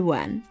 one